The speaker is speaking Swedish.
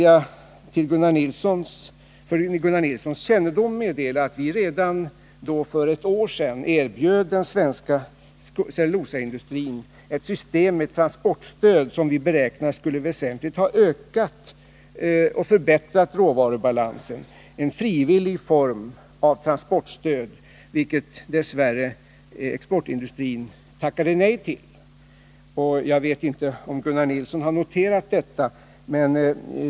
Jag vill för Gunnar Nilssons kännedom meddela att vi redan för ett år sedan erbjöd den svenska cellulosaindustrin ett system med transportstöd, vilket vi beräknade väsentligt skulle ha ökat och förbättrat råvarubalansen. Det var en frivillig form av transportstöd, som exportindustrin dess värre tackade nej till.